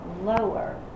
lower